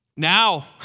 Now